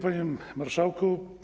Panie Marszałku!